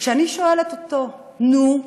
וכשאני שואלת אותו: נו,